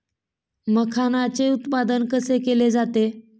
मखाणाचे उत्पादन कसे केले जाते?